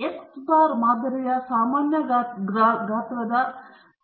ಆದ್ದರಿಂದ x bar ಮಾದರಿಯು ಸಾಮಾನ್ಯ ಗಾತ್ರದ